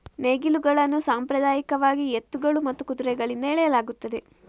ನೇಗಿಲುಗಳನ್ನು ಸಾಂಪ್ರದಾಯಿಕವಾಗಿ ಎತ್ತುಗಳು ಮತ್ತು ಕುದುರೆಗಳಿಂದ ಎಳೆಯಲಾಗುತ್ತದೆ